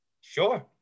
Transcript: Sure